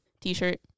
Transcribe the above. T-shirt